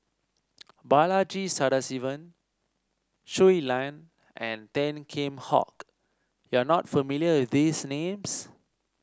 Balaji Sadasivan Shui Lan and Tan Kheam Hock you are not familiar with these names